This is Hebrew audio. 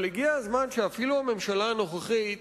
אבל הגיע הזמן שאפילו הממשלה הנוכחית